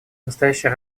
настоящая